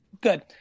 Good